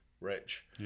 rich